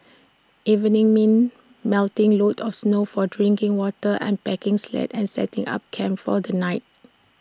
evenings mean melting loads of snow for drinking water unpacking sleds and setting up camp for the night